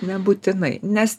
nebūtinai ne